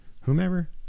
whomever